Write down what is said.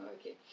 Okay